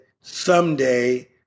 someday